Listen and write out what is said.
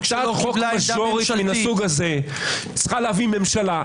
הצעת חוק מז'ורית מן הסוג הזה צריכה להביא ממשלה.